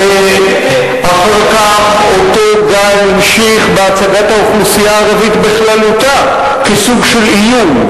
ואחר כך אותו גל המשיך בהצגת האוכלוסייה הערבית בכללותה כסוג של איום,